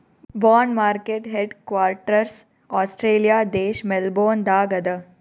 bond market headquarters Australia ದೇಶ್ Melbourne ದಾಗ್ ಅದಾ